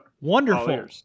wonderful